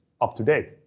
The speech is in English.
up-to-date